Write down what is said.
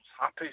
happy